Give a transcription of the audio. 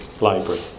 library